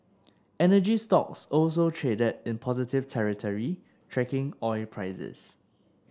energy stocks also traded in positive territory tracking oil prices